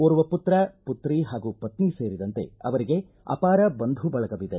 ಓರ್ವ ಮತ್ರ ಮತ್ರಿ ಹಾಗೂ ಪತ್ನಿ ಸೇರಿದಂತೆ ಅವರಿಗೆ ಅಪಾರ ಬಂಧು ಬಳಗವಿದೆ